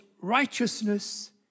righteousness